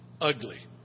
ugly